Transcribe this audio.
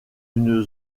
une